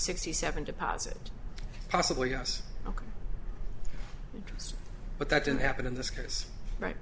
sixty seven deposit possibly yes ok but that didn't happen in this case right